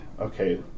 okay